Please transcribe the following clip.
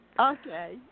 Okay